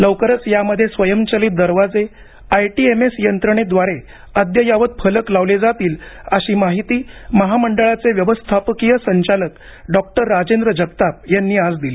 लवकरच यामध्ये स्वयंचलित दरवाजे आयटीएमएस यंत्रणेद्वारे अद्ययावत फलक लावले जातील अशी माहिती महामंडळाचे व्यवस्थापकीय संचालक डॉक्टर राजेंद्र जगताप यांनी आज दिली